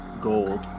gold